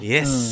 Yes